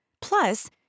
Plus